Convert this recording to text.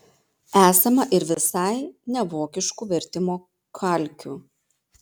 esama ir visai nevokiškų vertimo kalkių